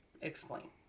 Explain